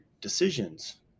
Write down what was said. decisions